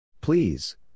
Please